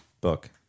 book